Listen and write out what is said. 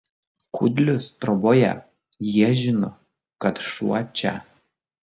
kudlius troboje jie žino kad šuo čia